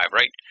right